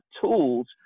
tools